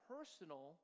Personal